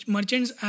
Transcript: Merchants